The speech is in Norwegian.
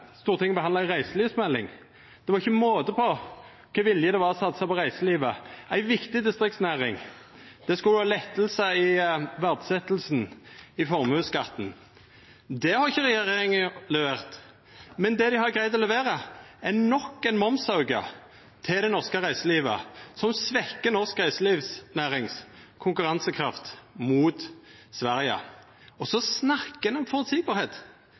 Stortinget har behandla ei reiselivsmelding. Det var ikkje måte på kva vilje det var til å satsa på reiselivet, ei viktig distriktsnæring. Det skulle vera lettar i verdsetjinga i formuesskatten. Det har ikkje regjeringa levert, men det dei har greidd å levera, er nok ein momsauke til det norske reiselivet, som svekkjer konkurransekrafta til det norske reiselivet mot Sverige. Så snakkar ein om